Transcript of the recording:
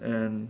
and